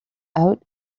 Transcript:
out